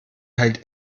halt